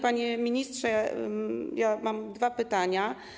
Panie ministrze, mam dwa pytania.